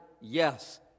yes